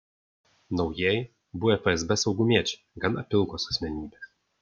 naujieji buvę fsb saugumiečiai gana pilkos asmenybės